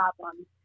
problems